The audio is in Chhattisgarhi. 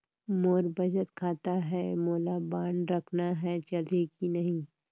मोर बचत खाता है मोला बांड रखना है चलही की नहीं?